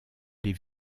les